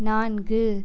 நான்கு